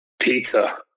Pizza